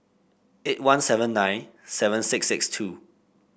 eight one seven nine seven six six two